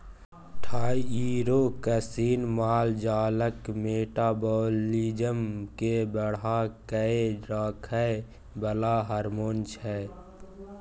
thyroxine माल जालक metabolism केँ बढ़ा कए राखय बला हार्मोन छै